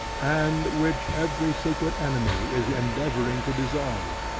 and which, every secret enemy is endeavouring to dissolve.